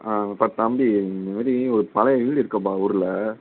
ஆமாப்பா தம்பி இந்தமாரி ஒரு பழைய வீடு இருக்குப்பா ஊரில்